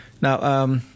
Now